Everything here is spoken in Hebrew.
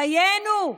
דיינו,